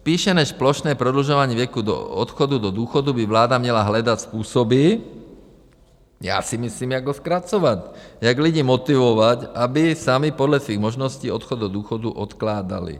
Spíše než plošné prodlužování věku odchodu do důchodu by vláda měla hledat způsoby, já si myslím, jak ho zkracovat, jak lidi motivovat, aby sami podle svých možností odchod do důchodu odkládali.